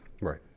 right